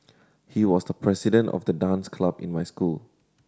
he was the president of the dance club in my school